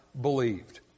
believed